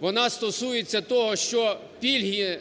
Вона стосується того, що пільги